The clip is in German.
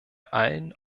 allen